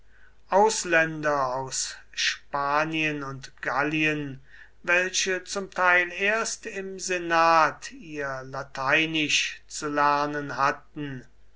ausländer aus spanien und gallien welche zum teil erst im senat ihr lateinisch zu lernen hatten